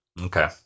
okay